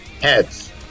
heads